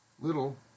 Little